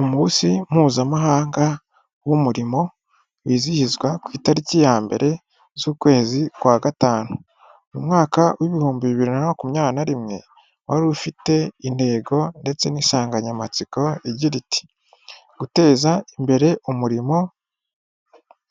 Umunsi mpuzamahanga w'umurimo wizihizwa ku itariki ya mbere z'ukwezi kwa Gatanu. Umwaka w'ibihumbi bibiri na makumyabiri na rimwe, wari ufite intego ndetse n'insanganyamatsiko igira iti :"Guteza imbere umurimo,